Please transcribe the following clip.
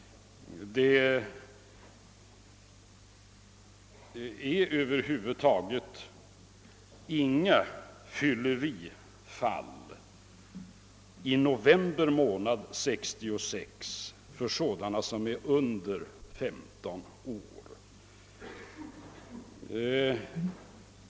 Över huvud taget har det inte varit några fyllerifall under november 1966 bland dem som är under 15 år.